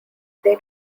they